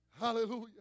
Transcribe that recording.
Hallelujah